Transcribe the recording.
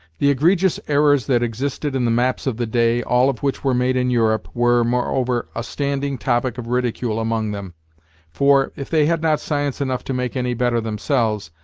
the egregious errors that existed in the maps of the day, all of which were made in europe, were, moreover, a standing topic of ridicule among them for, if they had not science enough to make any better themselves,